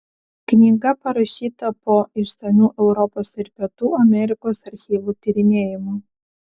knyga parašyta po išsamių europos ir pietų amerikos archyvų tyrinėjimų